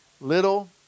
little